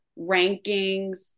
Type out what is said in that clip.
rankings